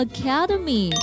Academy，